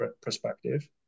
perspective